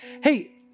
Hey